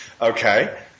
Okay